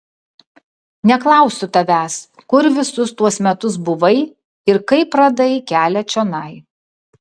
neklausiu tavęs kur visus tuos metus buvai ir kaip radai kelią čionai